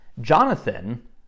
Jonathan